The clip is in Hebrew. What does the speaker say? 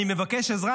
אני מבקש עזרה.